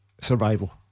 survival